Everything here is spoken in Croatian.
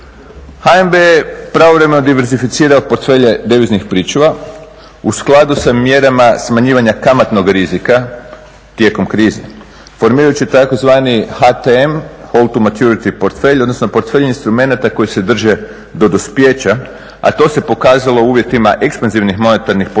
HNB je pravovremeno diversificirao portfelje deviznih pričuva u skladu sa mjerama smanjivanja kamatnog rizika tijekom krize, formirajući tzv. HTM Holt to Maturity portfelj odnosno portfelj instrumenata koji se drže do dospijeća, a to se pokazalo u uvjetima ekspanzivnih monetarnih politika